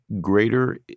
greater